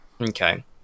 Okay